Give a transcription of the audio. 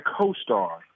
co-star